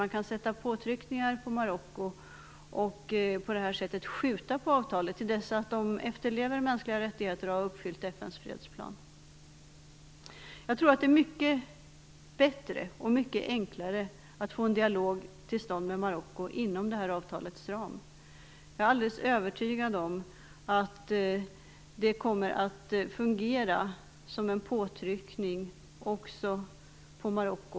Man kan genomföra påtryckningar mot Marocko och på det sättet skjuta på avtalet tills landet efterlever mänskliga rättigheter och har uppfyllt FN:s fredsplan. Jag tror dock att det är mycket bättre och enklare att få till stånd en dialog med Marocko inom det här avtalets ram. Jag är alldeles övertygad om att det kommer att fungera som en påtryckning också på Marocko.